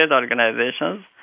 organizations